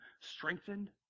Strengthened